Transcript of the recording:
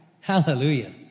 Hallelujah